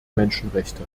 menschenrechte